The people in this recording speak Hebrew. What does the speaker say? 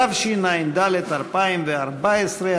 התשע"ד 2014,